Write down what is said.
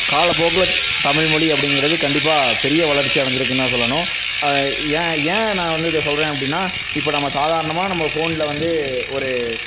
காலப்போக்கில் தமிழ்மொழி அப்படிங்கிறது கண்டிப்பாக பெரிய வளர்ச்சி அடைஞ்சிருக்குந்தான் சொல்லணும் ஏன் ஏன் நான் வந்து இதை சொல்கிறேன் அப்படின்னா இப்போ நம்ம சாதாரணமாக நம்ம ஃபோன்ல வந்து ஒரு